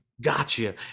gotcha